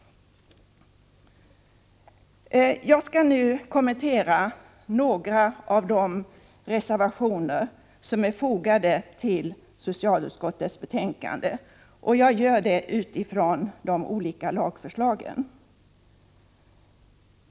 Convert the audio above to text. Jag skall nu kommentera några av de reservationer som är fogade till socialutskottets betänkande. Jag gör det med utgångspunkt i de olika lagförslagen.